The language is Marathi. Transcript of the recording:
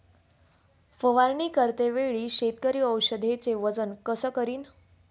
फवारणी करते वेळी शेतकरी औषधचे वजन कस करीन?